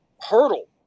hurdle